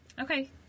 Okay